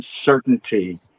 uncertainty